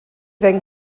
then